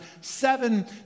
seven